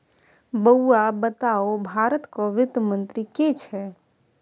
बौआ बताउ भारतक वित्त मंत्री के छै?